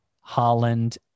Holland